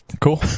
cool